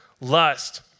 lust